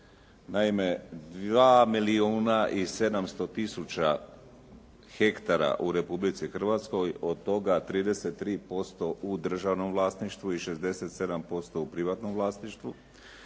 Naime dva milijuna i 700 tisuća hektara u Republici Hrvatskoj, od toga 33% u državnom vlasništvu i 67% u privatnom vlasništvu